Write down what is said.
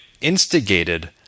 instigated